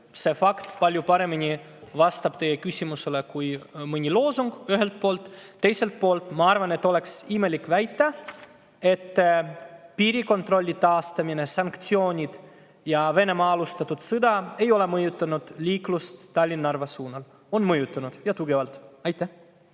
vastab palju paremini teie küsimusele kui mõni loosung, ühelt poolt. Teiselt poolt, ma arvan, et oleks imelik väita, et piirikontrolli taastamine, sanktsioonid ja Venemaa alustatud sõda ei ole mõjutanud liiklust Tallinna-Narva suunal. On mõjutanud, ja tugevalt. Aitäh